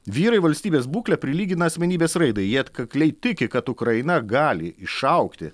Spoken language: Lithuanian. vyrai valstybės būklę prilygina asmenybės raidai jie atkakliai tiki kad ukraina gali išaugti